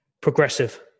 Progressive